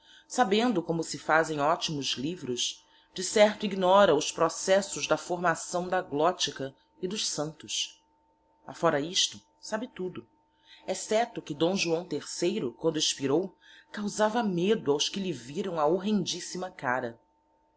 sabendo como se fazem optimos livros de certo ignora os processos da formação da glottica e dos santos afóra isto sabe tudo excepto que d joão iii quando expirou causava medo aos que lhe viram a horrendissima cara